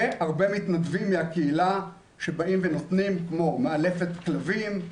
והרבה מתנדבים מהקהילה שבאים ונותנים כמו מאלפת כלבים,